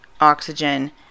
oxygen